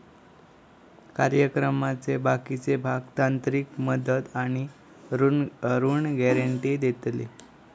कार्यक्रमाचे बाकीचे भाग तांत्रिक मदत आणि ऋण गॅरेंटी देतले